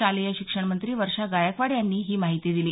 शालेय शिक्षणमंत्री वर्षा गायकवाड यांनी ही माहिती दिली